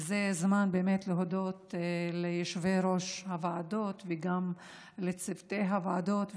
וזה הזמן באמת להודות ליושבי-ראש הוועדות וגם לצוותי הוועדות,